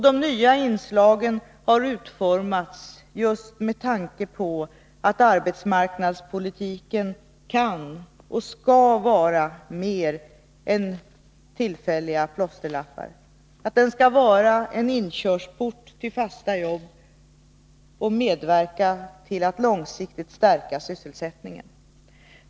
De nyaiinslagen har utformats just med tanke på att arbetsmarknadspolitiken skall vara mer än tillfälliga plåsterlappar, att den skall vara en inkörsport till fasta jobb och medverka till att långsiktigt stärka sysselsättning.